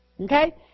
Okay